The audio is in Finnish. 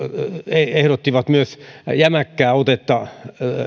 ehdottivat myös jämäkkää otetta